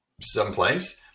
someplace